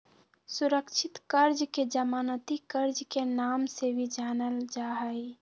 सुरक्षित कर्ज के जमानती कर्ज के नाम से भी जानल जाहई